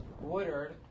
Woodard